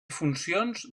funcions